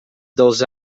dels